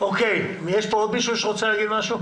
עוד מישהו רוצה להתייחס?